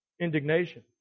Indignation